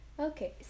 Okay